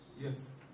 yes